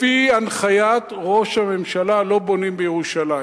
לפי הנחיית ראש הממשלה, לא בונים בירושלים.